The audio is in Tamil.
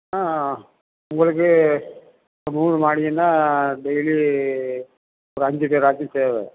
ஆ ஆ ஆ உங்களுக்கு இப்போ மூணு மாடின்னால் டெய்லி ஒரு அஞ்சு பேராச்சும் தேவை